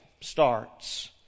starts